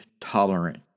tolerant